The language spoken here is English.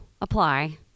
apply